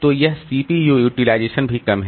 तो यह CPU utilisation भी कम है